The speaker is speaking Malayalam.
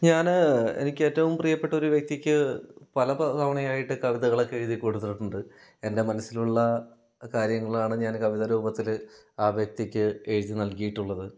ഞാൻ എനിക്ക് ഏറ്റവും പ്രിയപ്പെട്ട ഒരു വ്യക്തിക്ക് പല തവണയായിട്ട് കവിതകളൊക്കെ എഴുതി കൊടുത്തിട്ടുണ്ട് എൻ്റെ മനസ്സിലുള്ള കാര്യങ്ങളാണ് ഞാൻ കവിത രൂപത്തിൽ ആ വ്യക്തിക്ക് എഴുതി നൽകിയിട്ടുള്ളത്